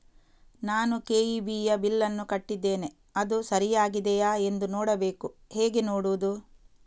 ನಾನು ಕೆ.ಇ.ಬಿ ಯ ಬಿಲ್ಲನ್ನು ಕಟ್ಟಿದ್ದೇನೆ, ಅದು ಸರಿಯಾಗಿದೆಯಾ ಎಂದು ನೋಡಬೇಕು ಹೇಗೆ ನೋಡುವುದು?